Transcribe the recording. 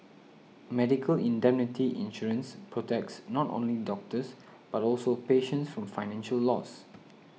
medical indemnity insurance protects not only doctors but also patients from financial loss